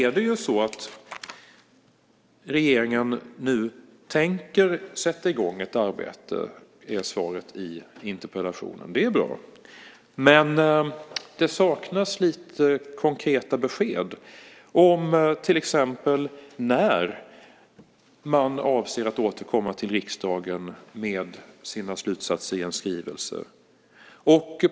Regeringen tänker nu sätta i gång ett arbete. Det är svaret i interpellationen. Det är bra. Men det saknas konkreta besked om till exempel när man avser att återkomma till riksdagen med sina slutsatser i en skrivelse.